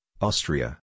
Austria